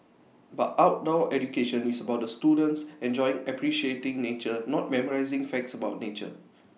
but outdoor education is about the students enjoying appreciating nature not memorising facts about nature